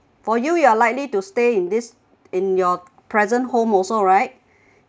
for you you are likely to stay in this in your present home also right